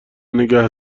نگه